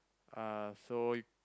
uh so you